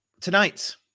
Tonight